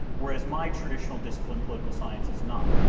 whereas my traditional discipline, political science, has not.